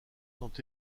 sont